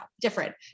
different